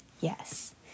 Yes